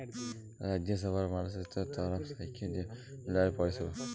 রাজ্যসভার মলত্রিসভার তরফ থ্যাইকে যে উল্ল্যয়ল পরিষেবা